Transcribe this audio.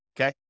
okay